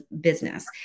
business